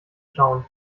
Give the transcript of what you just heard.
schauen